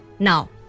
now,